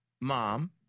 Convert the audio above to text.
mom